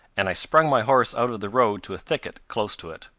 and i sprung my horse out of the road to a thicket close to it,